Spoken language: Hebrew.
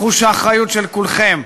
לחוש האחריות של כולכם: